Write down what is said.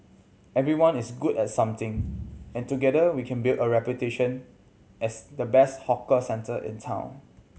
everyone is good at something and together we can build a reputation as the best hawker centre in town